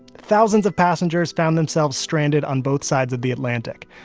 thousands of passengers found themselves stranded on both sides of the atlantic.